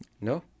No